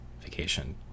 vacation